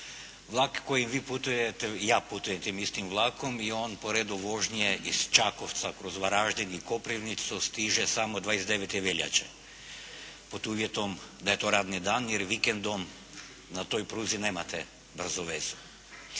Vlak kojim vi putujete i ja putujem tim istim vlakom i on po redu vožnje iz Čakovca kroz Varaždin i Koprivnicu stiže samo 29. veljače pod uvjetom da je to radni dan jer vikendom na toj pruzi nemate brzu vezu.